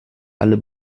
alle